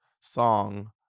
song